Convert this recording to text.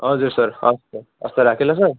हजुर सर हवस् सर हस् त राखेँ ल सर